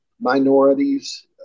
minorities